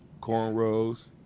cornrows